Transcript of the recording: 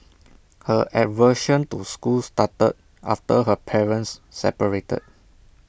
her aversion to school started after her parents separated